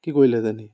কি কৰিলেহেঁতেন সি